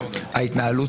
ההתנהלות